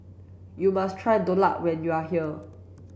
you must try Dhokla when you are here